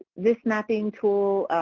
this mapping tool,